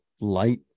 light